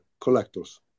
collectors